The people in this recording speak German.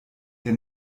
der